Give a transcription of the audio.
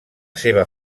seva